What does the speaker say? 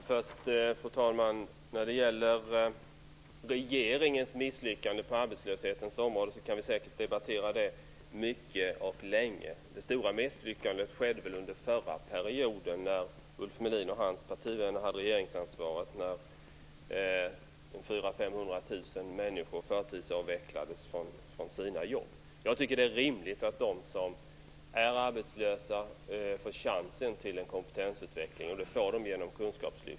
Fru talman! Vi kan säkert debattera regeringens misslyckande på arbetslöshetens område mycket och länge. Det stora misslyckandet skedde väl under förra perioden, när Ulf Melin och hans partivänner hade regeringsansvaret. 400 000-500 000 människor förtidsavvecklades från sina jobb. Jag tycker att det är rimligt att de som är arbetslösa får chansen till en kompetensutveckling. Det får de genom kunskapslyftet.